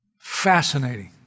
Fascinating